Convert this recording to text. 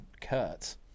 Kurt